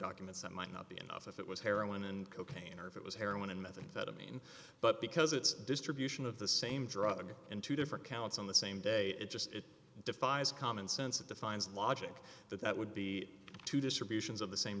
documents that might not be enough if it was heroin and cocaine or if it was heroin and methadone in but because it's distribution of the same drug in two different counts on the same day it just defies common sense that defines logic that that would be to distributions of the same